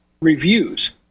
reviews